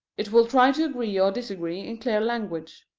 it will try to agree or disagree in clear language.